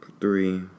three